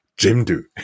Jimdo